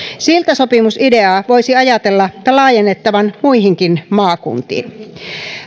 siltasopimusideaa voisi ajatella laajennettavan muihinkin maakuntiin